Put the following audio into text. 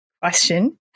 question